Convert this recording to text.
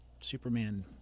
superman